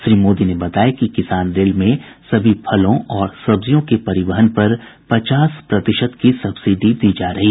श्री मोदी ने बताया कि किसान रेल में सभी फलों और सब्जियों के परिवहन पर पचास प्रतिशत की सब्सिडी दी जा रही है